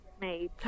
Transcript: made